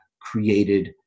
created